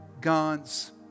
God's